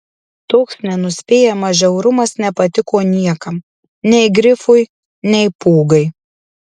toks nenuspėjamas žiaurumas nepatiko niekam nei grifui nei pūgai